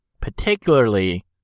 particularly